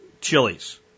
chilies